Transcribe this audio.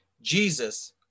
Jesus